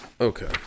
Okay